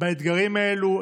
באתגרים האלה,